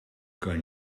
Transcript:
ken